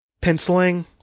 penciling